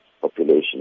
population